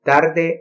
Tarde